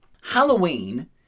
Halloween